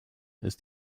ist